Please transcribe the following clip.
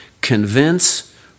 convince